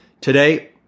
Today